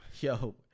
yo